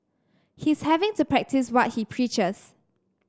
he's having to practice what he preaches